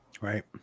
Right